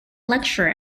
lecturer